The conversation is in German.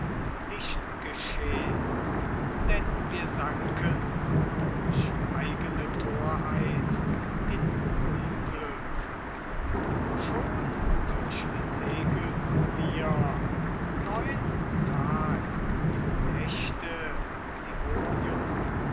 nicht geschehn denn wir sanken durch eigene torheit in unglück schon durchsegelten wir neun tag und nächte die wogen